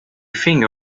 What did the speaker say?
thing